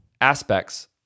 aspects